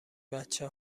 بچه